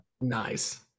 Nice